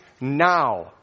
now